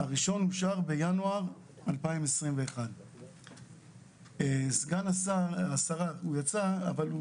הראשון אושר בינואר 2021. סגן השרה יצא אבל הוא